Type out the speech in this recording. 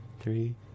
three